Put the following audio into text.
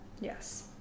Yes